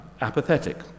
apathetic